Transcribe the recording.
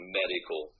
medical